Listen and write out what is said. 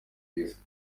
isi